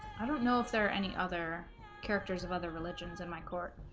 i don't know if there are any other characters of other religions in my court